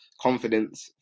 confidence